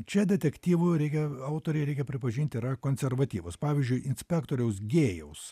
čia detektyvų reikia autoriai reikia pripažint yra konservatyvūs pavyzdžiui inspektoriaus gėjaus